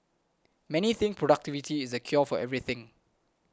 many think productivity is the cure for everything